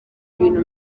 ibintu